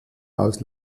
aus